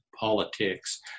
Politics